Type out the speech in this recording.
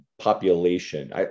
population